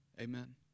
Amen